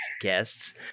guests